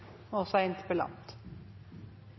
også er